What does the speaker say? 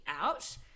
out